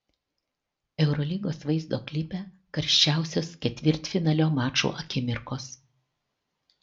eurolygos vaizdo klipe karščiausios ketvirtfinalio mačų akimirkos